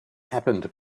happened